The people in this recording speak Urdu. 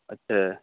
اچھا